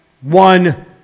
one